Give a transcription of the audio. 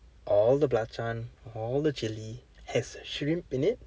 all the belacan all the chilli has shrimp in it